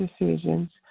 decisions